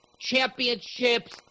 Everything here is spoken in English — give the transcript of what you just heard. championships